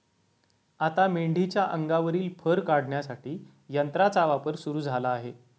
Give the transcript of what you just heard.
आता मेंढीच्या अंगावरील फर काढण्यासाठी यंत्राचा वापर सुरू झाला आहे